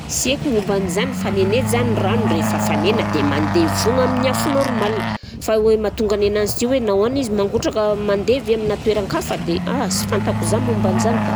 Sy haiko momba an'izany fa ny anay zany rano rehefa hafanaina dia mandevy foagna amin'ny afo normal fa hoe mahatonga ny ananzy ty hoe nahoana izy mangotraka mandevy aminà toeran-kafa dia aha! sy fantako zany momba anzany ka.